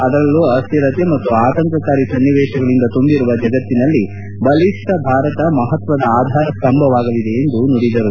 ಅದರಲ್ಲೂ ಅಸ್ಟಿರತೆ ಮತ್ತು ಆತಂಕಕಾರಿ ಸನ್ನಿವೇಶಗಳಿಂದ ತುಂಬಿರುವ ಜಗತ್ತಿನಲ್ಲಿ ಬಲಿಷ್ನ ಭಾರತ ಮಹತ್ವದ ಆಧಾರಸ್ಸಂಭವಾಗಲಿದೆ ಎಂದು ನುಡಿದರು